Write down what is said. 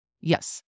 Yes